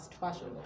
fashion